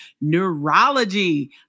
neurology